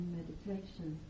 meditation